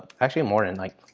actually more than like,